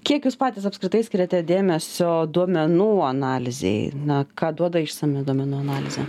kiek jūs patys apskritai skiriate dėmesio duomenų analizei na ką duoda išsami duomenų analizė